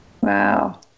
Wow